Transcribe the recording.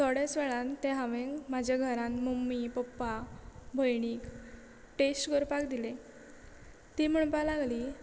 थोडेच वेळान ते हांवें म्हज्या घरान मम्मी पप्पा भयणीक टेस्ट करपाक दिले ती म्हणपा लागली